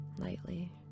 Lightly